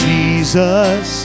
Jesus